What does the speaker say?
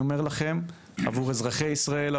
עבור אזרחי ישראל,